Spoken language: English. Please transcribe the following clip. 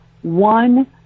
One